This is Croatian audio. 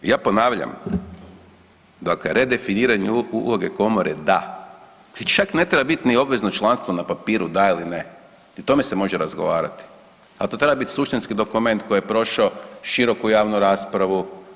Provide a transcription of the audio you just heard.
Ja ponavljam dakle redefiniranje uloge komore da i čak ne treba biti niti obvezno članstvo na papiru da ili ne i o tome se može razgovarati, a to treba biti suštinski dokument koji je prošao široku javnu raspravu.